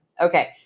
Okay